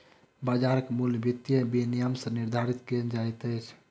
बाजारक मूल्य वित्तीय विनियम सॅ निर्धारित कयल जाइत अछि